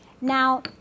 Now